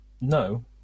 No